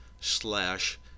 slash